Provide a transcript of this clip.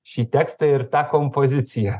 šį tekstą ir tą kompoziciją